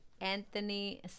anthony